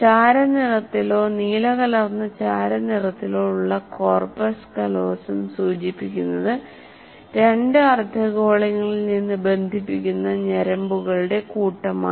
ചാരനിറത്തിലോ നീലകലർന്ന ചാരനിറത്തിലോ ഉള്ള കോർപ്പസ് കാലോസം സൂചിപ്പിക്കുന്നത് രണ്ട് അർദ്ധഗോളങ്ങളിൽ നിന്ന് ബന്ധിപ്പിക്കുന്ന ഞരമ്പുകളുടെ കൂട്ടമാണ്